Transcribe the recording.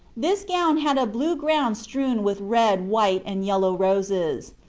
this gown had a blue ground strewed with red, white, and yellow roses,